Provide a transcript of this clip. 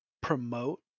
promote